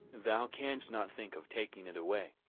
thou canst not think of taking it away.